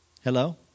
Hello